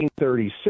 1936